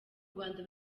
rwanda